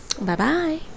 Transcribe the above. Bye-bye